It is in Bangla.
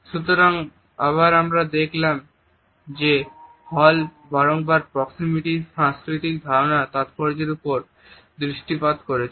সুতরাং আবার আমরা দেখলাম যে হল বারংবার প্রক্সিমিটির সাংস্কৃতিক ধারণার তাৎপর্যের ওপর দৃষ্টিপাত করেছেন